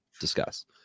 discuss